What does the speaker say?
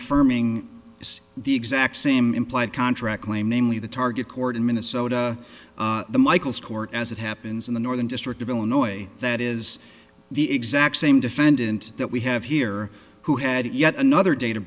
affirming it's the exact same implied contract claim namely the target court in minnesota the michaels court as it happens in the northern district of illinois that is the exact same defendant that we have here who had yet another da